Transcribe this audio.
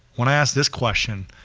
when i asked this question,